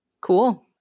cool